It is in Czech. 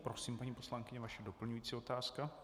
Prosím, paní poslankyně, vaše doplňující otázka.